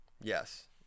yes